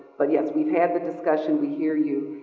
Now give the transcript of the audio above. but yes, we've had the discussion. we hear you.